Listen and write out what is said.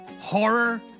horror